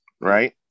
right